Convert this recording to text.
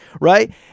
right